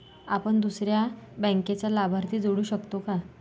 आपण दुसऱ्या बँकेचा लाभार्थी जोडू शकतो का?